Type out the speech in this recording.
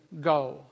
go